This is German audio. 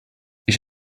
ich